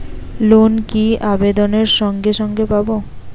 Loan কি আবেদনের সঙ্গে সঙ্গে পাব?